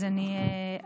אז אני אשיב.